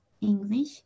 english